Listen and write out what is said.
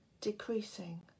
decreasing